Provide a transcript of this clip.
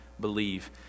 believe